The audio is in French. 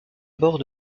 bord